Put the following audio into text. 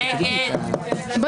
נפל.